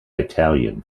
italian